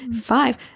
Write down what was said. Five